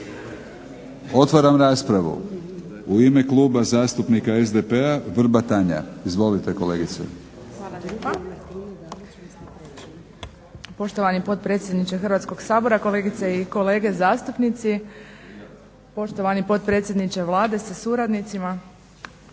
Otvaram raspravu. U ime Kluba zastupnika SDP-a Vrbat Tanja. Izvolite kolegice.